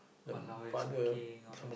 !walao! eh smoking all that